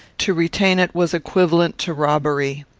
to retain it was equivalent to robbery.